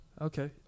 Okay